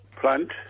plant